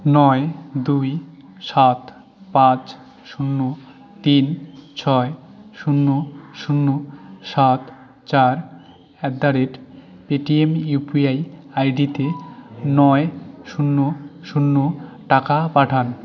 নয় দুই সাত পাঁচ শূন্য তিন ছয় শূন্য শূন্য সাত চার at the rate A T M U P I আইডিতে নয় শূন্য শূন্য টাকা পাঠান